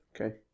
Okay